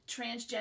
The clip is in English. transgender